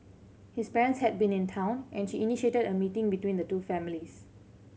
his parents had been in town and she initiated a meeting between the two families